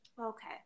Okay